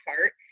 heart